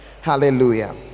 hallelujah